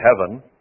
heaven